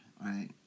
right